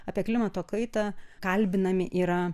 apie klimato kaitą kalbinami yra